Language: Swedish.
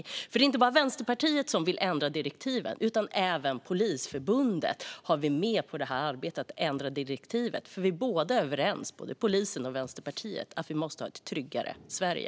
Det är nämligen inte bara Vänsterpartiet som vill ändra direktiven, utan även Polisförbundet är med på det. Både polisen och Vänsterpartiet är överens om att vi måste ha ett tryggare Sverige.